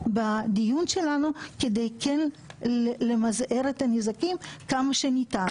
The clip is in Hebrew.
בדיון שלנו כדי כן למזער את הנזקים כמה שניתן.